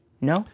No